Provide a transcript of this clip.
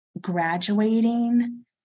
graduating